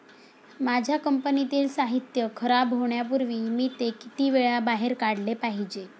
माझ्या कंपनीतील साहित्य खराब होण्यापूर्वी मी ते किती वेळा बाहेर काढले पाहिजे?